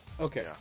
Okay